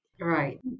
right